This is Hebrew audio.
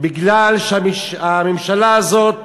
מכיוון שהממשלה הזאת